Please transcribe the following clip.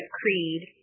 creed